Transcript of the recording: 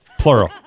Plural